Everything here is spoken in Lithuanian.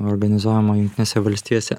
organizuojamo jungtinėse valstijose